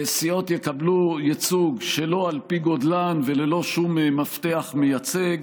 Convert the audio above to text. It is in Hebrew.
סיעות יקבלו ייצוג שלא לפי גודלן וללא שום מפתח מייצג.